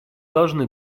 должны